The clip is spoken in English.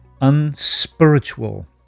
unspiritual